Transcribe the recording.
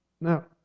Now